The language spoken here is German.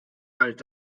bald